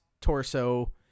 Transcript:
torso